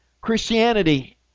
christianity